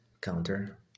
counter